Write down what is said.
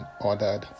ordered